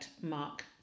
Mark